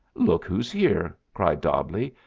look who's here! cried dobbleigh,